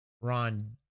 Ron